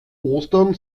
ostern